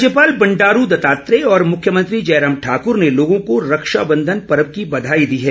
राज्यपाल बंडारू दत्तात्रेय और मुख्यमंत्री जयराम ठाकूर ने लोगों को रक्षाबंधन पर्व की बधाई दी है